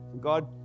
God